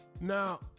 Now